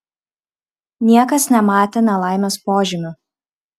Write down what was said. niekas nematė nelaimės požymių